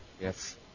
Yes